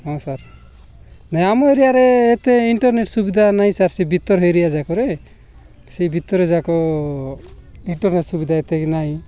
ହଁ ସାର୍ ନାହିଁ ଆମ ଏରିଆରେ ଏତେ ଇଣ୍ଟର୍ନେଟ୍ ସୁବିଧା ନାହିଁ ସାର୍ ସେ ଭତର ଏରିଆଯାକରେ ସେ ଭିତରଯାକ ଇଣ୍ଟର୍ନେଟ୍ ସୁବିଧା ଏତିକି ନାହିଁ